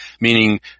meaning